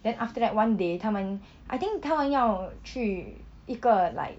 then after that one day 他们 I think 他们要去一个 like